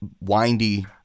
windy